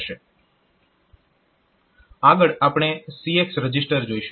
આગળ આપણે CX register જોઈશું